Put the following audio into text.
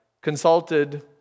consulted